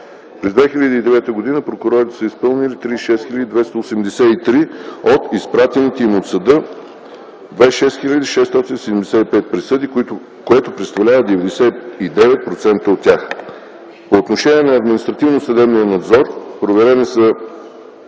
През 2009 г. прокурорите са изпълнили 36 хил. 283 от изпратените им от съда 26 хил. 675 присъди, което представлява 99% от тях. По отношение на административно-съдебния надзор – проверени са